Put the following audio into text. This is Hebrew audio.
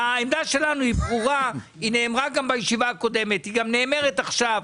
העמדה שלנו היא ברורה; היא נאמרה גם בישיבה הקודמת ונאמרת עכשיו.